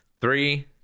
three